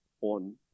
on